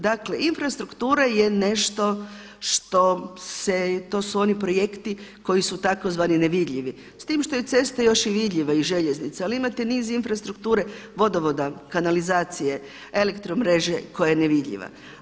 Dakle, infrastruktura je nešto što se, to su oni projekti koji su tzv. nevidljivi s time što je cesta još i vidljiva i željeznica ali imate niz infrastrukture, vodovoda, kanalizacije, elektromreže koja je nevidljiva.